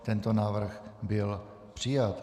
Tento návrh byl přijat.